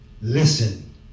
Listen